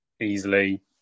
Easily